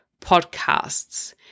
podcasts